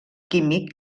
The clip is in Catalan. químic